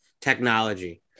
technology